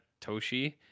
Toshi